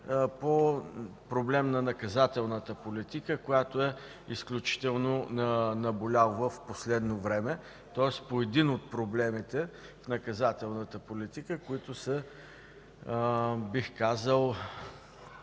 по проблем на наказателната политика, която е изключително наболяла в последно време. Тоест по един от проблемите в наказателната политика, които са, бих казал,